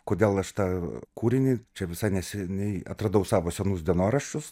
kodėl aš tą kūrinį čia visai neseniai atradau savo senus dienoraščius